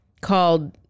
called